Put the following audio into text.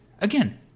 again